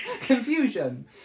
Confusion